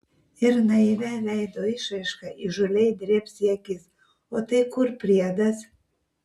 ir naivia veido išraiška įžūliai drėbs į akis o tai kur priedas